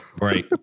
right